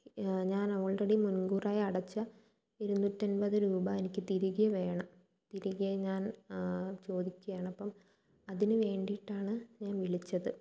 ഞാൻ ഓൾറെഡി മുൻകൂറായി അടച്ച ഇരുന്നൂറ്റമ്പത് രൂപ എനിക്ക് തിരികെ വേണം തിരികെ ഞാൻ ചോദിക്കുകയാണ് അപ്പം അതിനുവേണ്ടിയിട്ടാണ് ഞാൻ വിളിച്ചത്